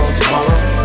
tomorrow